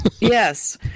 Yes